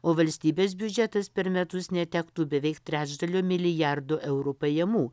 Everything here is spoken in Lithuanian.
o valstybės biudžetas per metus netektų beveik trečdalio milijardo eurų pajamų